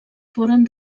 foren